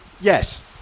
Yes